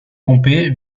pompée